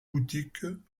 boutiques